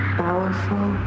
powerful